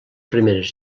primeres